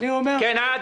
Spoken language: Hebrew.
כן.